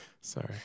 Sorry